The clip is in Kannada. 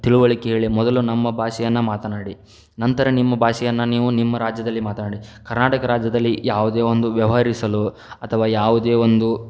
ತಿಳುವಳಿಕೆ ಹೇಳಿ ಮೊದಲು ನಮ್ಮ ಭಾಷೆಯನ್ನು ಮಾತನಾಡಿ ನಂತರ ನಿಮ್ಮ ಭಾಷೆಯನ್ನ ನೀವು ನಿಮ್ಮ ರಾಜ್ಯದಲ್ಲಿ ಮಾತನಾಡಿ ಕರ್ನಾಟಕ ರಾಜ್ಯದಲ್ಲಿ ಯಾವುದೇ ಒಂದು ವ್ಯವಹರಿಸಲು ಅಥವಾ ಯಾವುದೇ ಒಂದು